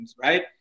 right